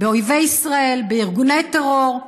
באויבי ישראל, בארגוני טרור,